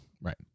Right